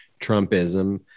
trumpism